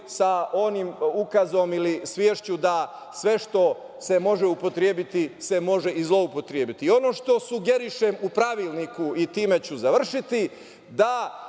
sa onim ukazom ili svešću da sve što se može upotrebiti se može i zloupotrebiti. Ono što sugerišem u pravilniku, i time ću završiti, da